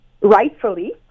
rightfully